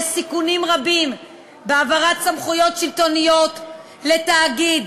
יש סיכונים רבים בהעברת סמכויות שלטוניות לתאגיד.